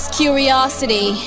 curiosity